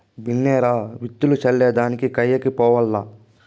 బిన్నే రా, విత్తులు చల్లే దానికి కయ్యకి పోవాల్ల